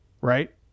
Right